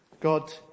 God